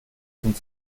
sind